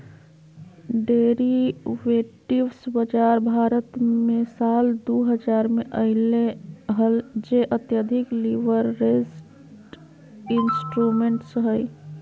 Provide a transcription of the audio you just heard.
derivatives बाजार भारत मे साल दु हजार मे अइले हल जे अत्यधिक लीवरेज्ड इंस्ट्रूमेंट्स हइ